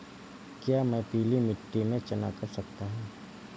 क्या मैं पीली मिट्टी में चना कर सकता हूँ?